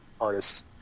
artists